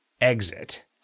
exit